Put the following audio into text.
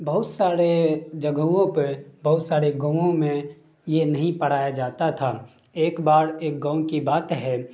بہت سارے جگہوں پہ بہت سارے گاؤں میں یہ نہیں پڑھایا جاتا تھا ایک بار ایک گاؤں کی بات ہے